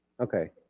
Okay